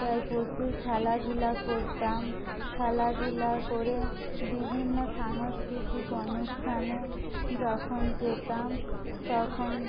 তাই প্রচুর খেলাধূলা করতাম খেলাধূলা করে বিভিন্ন সাংস্কৃতিক অনুষ্ঠানে যখন যেতাম তখন